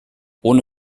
ohne